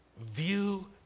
view